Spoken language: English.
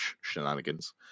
shenanigans